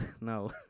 no